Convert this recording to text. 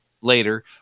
later